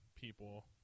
people